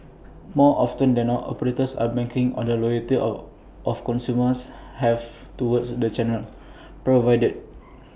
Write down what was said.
more often than not operators are making on the loyalty of consumers have towards the channels provided